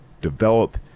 develop